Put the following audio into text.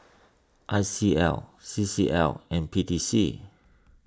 I C L C C L and P T C